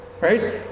Right